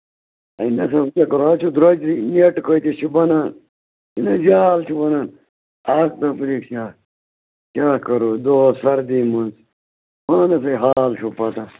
ہے نسا وۅنۍ کیٛاہ کرو اَز چھُ درٛۅجرٕے ریٹہٕ کۭتِس چھِ بَنان نہَ جَہل چھُ وَنان آ کمپُلیٖٹ شیٚے ہَتھ کیٛاہ کرو دۄہَس سردی منٛز پانَس ہے حال چھُو پَتاہ